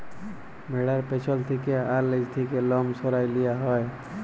ভ্যাড়ার পেছল থ্যাকে আর লেজ থ্যাকে লম সরাঁয় লিয়া হ্যয়